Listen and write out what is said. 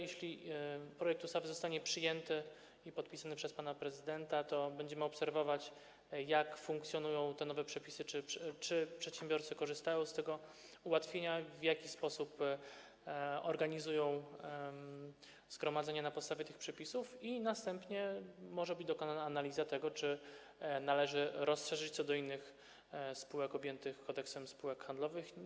Jeśli projekt ustawy zostanie przyjęty i podpisany przez pana prezydenta, to oczywiście będziemy obserwować, jak funkcjonują te nowe przepisy, czy przedsiębiorcy korzystają z tego ułatwienia i w jaki sposób organizują zgromadzenie na podstawie tych przepisów, a następnie może być dokonana analiza tego, czy należy to rozszerzyć co do innych spółek objętych Kodeksem spółek handlowych.